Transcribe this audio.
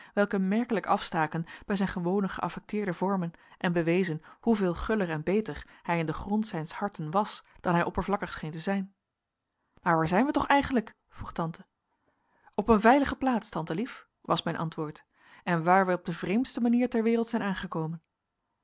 welke merkelijk afstaken bij zijn gewone geaffecteerde vormen en bewezen hoeveel guller en beter hij in den grond zijns harten was dan hij oppervlakkig scheen te zijn maar waar zijn wij toch eigenlijk vroeg tante op een veilige plaats tante lief was mijn antwoord en waar wij op de vreemdste manier ter wereld zijn aangekomen